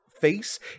face